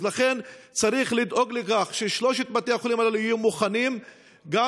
אז לכן צריך לדאוג לכך ששלושת בתי החולים האלה יהיו מוכנים גם